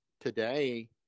today